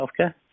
Healthcare